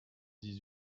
dix